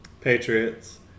Patriots